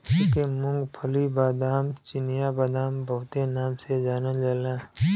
एके मूंग्फल्ली, बादाम, चिनिया बादाम बहुते नाम से जानल जाला